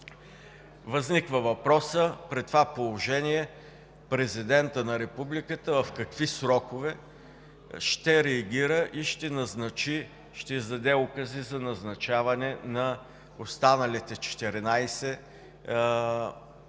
Възниква въпросът: при това положение президентът на републиката в какви срокове ще реагира и ще назначи, ще издаде укази за назначаване на останалите 14, номинирани